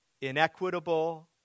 inequitable